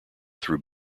through